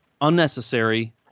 unnecessary